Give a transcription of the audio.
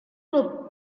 were